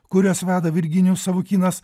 kuriuos veda virginijus savukynas